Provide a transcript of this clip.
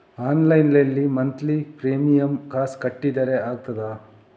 Online ನಲ್ಲಿ monthly premium ಕಾಸ್ ಕಟ್ಲಿಕ್ಕೆ ಆಗ್ತದಾ?